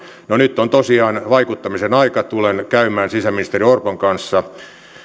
no nyt on tosiaan vaikuttamisen aika tulen käymään sisäministeri orpon kanssa